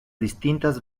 distintas